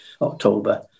October